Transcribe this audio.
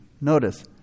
notice